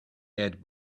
add